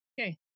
Okay